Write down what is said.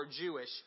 Jewish